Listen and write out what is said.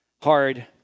hard